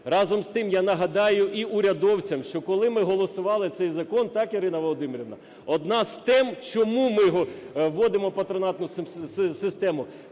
Разом з тим, я нагадаю, і урядовцям, що коли ми голосували цей закон - так, Ірина Володимирівна? - одна з тем, чому ми вводимо патронатну систему,